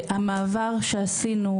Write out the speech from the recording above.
המעון,